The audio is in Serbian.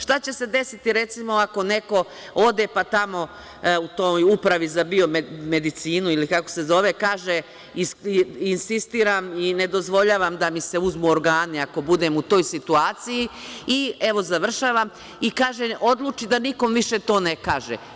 Šta će se desiti, recimo, ako neko ode pa tamo u toj upravi za biomedicinu ili kako se zove, kaže – insistiram i ne dozvoljavam da mi se uzmu organi, ako budem u toj situaciji i završavam i odluči da nikom više to ne kaže.